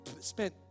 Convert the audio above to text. spent